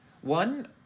one